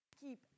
keep